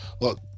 look